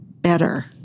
better